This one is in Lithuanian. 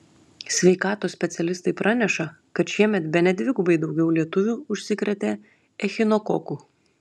sveikatos specialistai praneša kad šiemet bene dvigubai daugiau lietuvių užsikrėtė echinokoku